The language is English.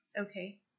okay